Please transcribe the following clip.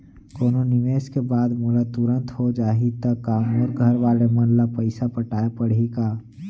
कोनो निवेश के बाद मोला तुरंत हो जाही ता का मोर घरवाले मन ला पइसा पटाय पड़ही का?